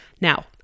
Now